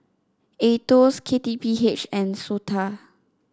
Aetos K T P H and SOTA